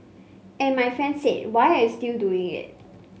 and my friend said why are you still doing it